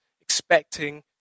expecting